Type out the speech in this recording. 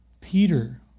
Peter